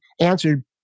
answered